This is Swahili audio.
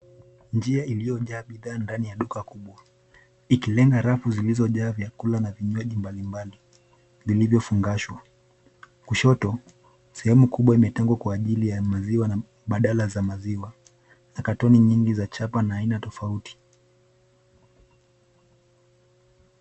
Njia iliyo jaa bidhaa ndani ya duka kubwa ikilenga rafu zilizojaa vyakula na vinywaji mbali mbali vilivyo fungashwa. Kushoto sehemu kubwa imetengwa kwa ajili ya maziwa na badala za maziwa na katoni nyingi za chapa na aina tofauti.